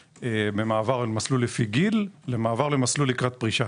במעבר ממסלול לפי גיל למסלול לקראת פרישה.